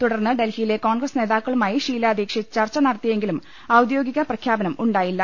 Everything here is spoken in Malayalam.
തുടർന്ന് ഡൽഹിയിലെ കോൺഗ്രസ് നേതാക്കളുമായി ഷീലാദീക്ഷിത് ചർച്ച നടത്തിയെ ങ്കിലും ഔദ്യോഗിക പ്രഖ്യാപനമുണ്ടായില്ല